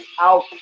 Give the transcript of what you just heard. out